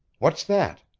what's that?